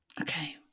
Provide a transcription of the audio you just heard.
Okay